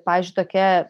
pavyzdžiui tokia